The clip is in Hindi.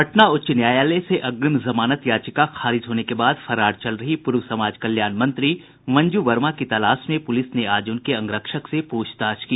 पटना उच्च न्यायालय से अग्रिम जमानत याचिका खारिज होने के बाद फरार चल रही पूर्व समाज कल्याण मंत्री मंजू वर्मा की तलाश में पुलिस ने आज उनके अंगरक्षक से पूछताछ की